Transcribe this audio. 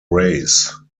race